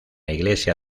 iglesia